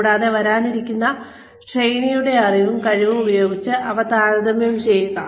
കൂടാതെ വരാനിരിക്കുന്ന ട്രെയിനിയുടെ അറിവും കഴിവുകളും ഉപയോഗിച്ച് ഇവ താരതമ്യം ചെയ്യുക